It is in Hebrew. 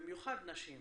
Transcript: במיוחד נשים,